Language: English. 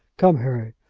come, harry,